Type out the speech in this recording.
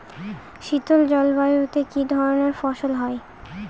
শীতল জলবায়ুতে কি ধরনের ফসল হয়?